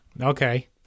Okay